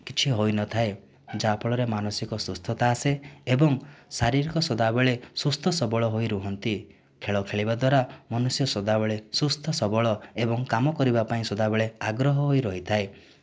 କିଛି ହୋଇନଥାଏ ଯାହାଫଳରେ ମାନସିକ ସୁସ୍ଥତା ଆସେ ଏବଂ ଶାରୀରିକ ସଦାବେଳେ ସୁସ୍ଥ ସବଳ ହୋଇ ରୁହନ୍ତି ଖେଳ ଖେଳିବାଦ୍ଵାରା ମନୁଷ୍ୟ ସଦାବେଳେ ସୁସ୍ଥସବଳ ଏବଂ କାମ କରିବାପାଇଁ ସଦାବେଳେ ଆଗ୍ରହ ହୋଇ ରହିଥାଏ